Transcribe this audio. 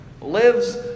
lives